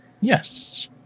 Yes